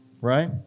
right